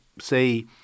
say